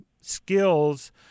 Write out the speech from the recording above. skills